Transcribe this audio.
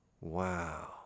Wow